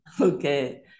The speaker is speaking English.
Okay